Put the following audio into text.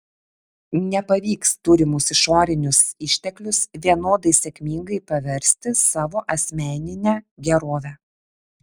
nepavyks turimus išorinius išteklius vienodai sėkmingai paversti savo asmenine gerove